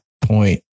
point